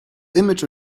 image